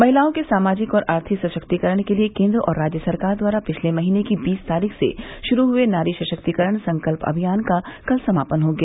महिलाओं के सामाजिक और आर्थिक सशक्तिकरण के लिये केन्द्र और राज्य सरकार द्वारा पिछले महीने की बीस तारीख से शुरू हुये नारी सशक्तिकरण संकल्प अभियान का कल समापन हो गया